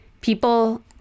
People